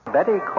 Betty